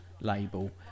label